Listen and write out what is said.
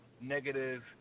negative